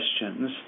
questions